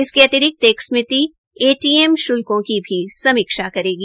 इसके अतिरिक्त एक समिति एटीएम श्ल्कों की भी समीक्षा करेगी